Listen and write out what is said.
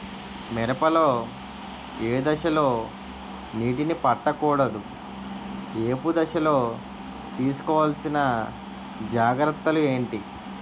మిరప లో ఏ దశలో నీటినీ పట్టకూడదు? ఏపు దశలో తీసుకోవాల్సిన జాగ్రత్తలు ఏంటి?